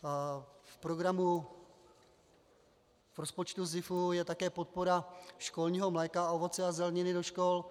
V programu v rozpočtu SZIF je také podpora školního mléka, ovoce a zeleniny do škol.